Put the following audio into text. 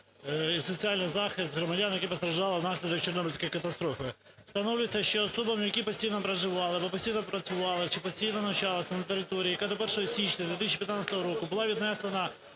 і соціальний захист громадян, які постраждали внаслідок Чорнобильської катастрофи". Встановлюється, що особам, які постійно проживали або постійно працювали чи постійно навчалися на території, яка до 1 січня 2015 року була віднесена